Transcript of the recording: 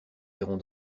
iront